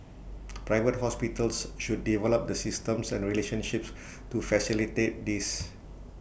Private Hospitals should develop the systems and relationships to facilitate this